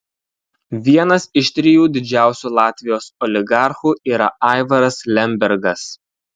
vienas iš trijų didžiausių latvijos oligarchų yra aivaras lembergas